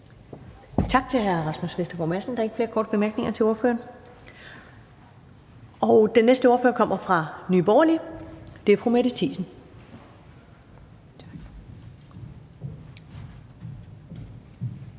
Tak til hr. Rasmus Vestergaard Madsen. Der er ikke flere korte bemærkninger til ordføreren. Den næste ordfører kommer fra Nye Borgerlige, og det er fru Mette Thiesen.